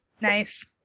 Nice